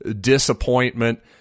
disappointment